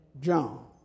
John